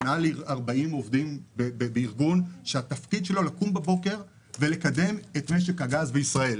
מעל 40 עובדים בארגון שהתפקיד שלו לקום בבוקר ולקדם את משק הגז בישראל.